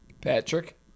Patrick